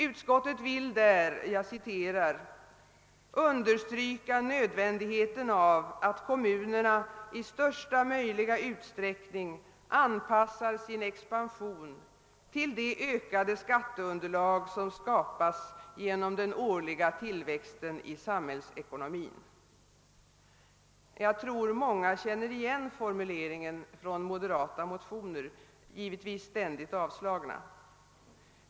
Utskottet vill där »understryka nödvändigheten av att kommunerna i största möjliga utsträckning anpassar sin expansion till det ökade skatteunderlag som skapas genom den årliga tillväxten i samhällsekonomin«. Jag tror att många känner igen formuleringen från moderata motioner, givetvis ständigt avslagna.